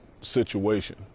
situation